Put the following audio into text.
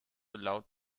laut